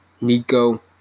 Nico